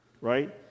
right